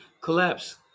collapse